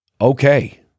Okay